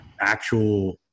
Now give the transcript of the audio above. actual